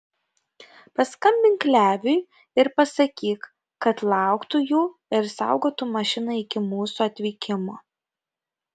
paskambink leviui ir pasakyk kad lauktų jų ir saugotų mašiną iki mūsų atvykimo